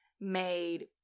made